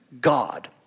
God